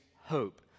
hope